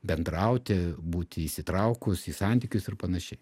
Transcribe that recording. bendrauti būti įsitraukus į santykius ir panašiai